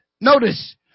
notice